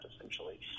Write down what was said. essentially